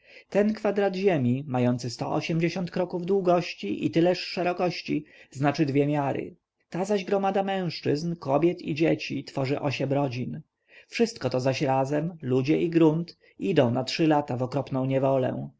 ten kwadrat ziemi mający sto osiemdziesiąt kroków długości i tyleż szerokości znaczy dwie miary ta zaś gromada mężczyzn kobiet i dzieci tworzy osiem rodzin wszystko to zaś razem ludzie i grunt idą na trzy lata w okropną niewolę